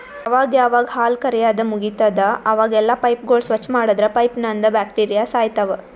ಯಾವಾಗ್ ಯಾವಾಗ್ ಹಾಲ್ ಕರ್ಯಾದ್ ಮುಗಿತದ್ ಅವಾಗೆಲ್ಲಾ ಪೈಪ್ಗೋಳ್ ಸ್ವಚ್ಚ್ ಮಾಡದ್ರ್ ಪೈಪ್ನಂದ್ ಬ್ಯಾಕ್ಟೀರಿಯಾ ಸಾಯ್ತವ್